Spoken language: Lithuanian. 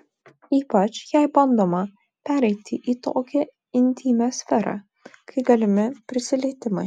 ypač jei bandoma pereiti į tokią intymią sferą kai galimi prisilietimai